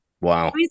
Wow